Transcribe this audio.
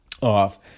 off